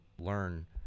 learn